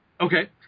Okay